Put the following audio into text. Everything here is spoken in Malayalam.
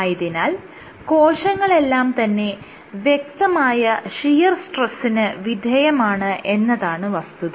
ആയതിനാൽ കോശങ്ങളെല്ലാം തന്നെ വ്യക്തമായ ഷിയർ സ്ട്രെസ്സിന് വിധേയമാണ് എന്നതാണ് വസ്തുത